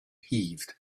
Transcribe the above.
heaved